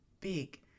big